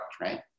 right